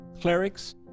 clerics